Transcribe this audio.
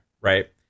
right